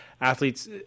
Athletes